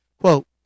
Quote